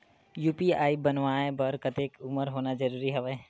UPI बनवाय बर कतेक उमर होना जरूरी हवय?